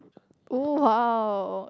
oh !wow!